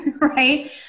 Right